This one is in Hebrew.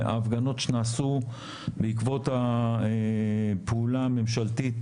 ההפגנות שנעשו בעקבות הפעולה הממשלתית